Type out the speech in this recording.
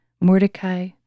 Mordecai